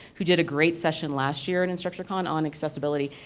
who did a great session last year in instructure on on accessibility.